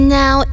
now